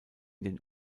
den